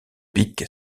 pic